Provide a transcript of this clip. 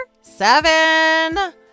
seven